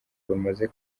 bamaze